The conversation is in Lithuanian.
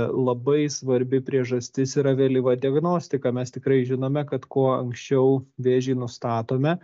labai svarbi priežastis yra vėlyva diagnostika mes tikrai žinome kad kuo anksčiau vėžį nustatome